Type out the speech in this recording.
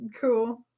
Cool